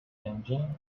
engine